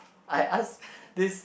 I asked this